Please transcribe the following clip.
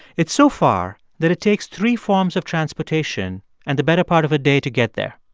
it's so far that it takes three forms of transportation and the better part of a day to get there.